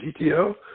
GTO